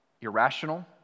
irrational